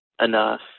enough